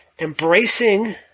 embracing